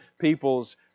people's